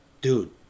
Dude